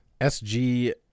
SG